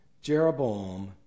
Jeroboam